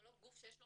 זה לא גוף שיש לו